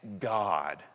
God